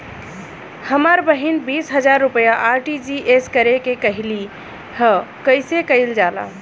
हमर बहिन बीस हजार रुपया आर.टी.जी.एस करे के कहली ह कईसे कईल जाला?